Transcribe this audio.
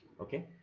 Okay